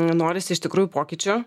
norisi iš tikrųjų pokyčių